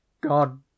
God